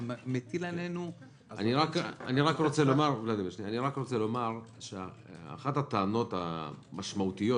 זה מטיל עלינו -- אני רק רוצה לומר שאחת הטענות המשמעותיות